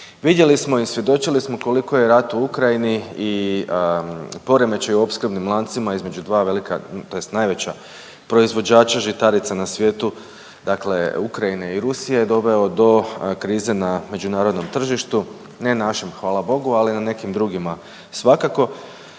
Vidjeli smo i svjedočili smo koliko je rat u Ukrajini i poremećaj u opskrbnim lancima između dva velika, tj. najveća proizvođača žitarica na svijetu, dakle Ukrajine i Rusije doveo do krize na međunarodnom tržištu, ne našem hvala bogu, ali na nekim drugima svakako.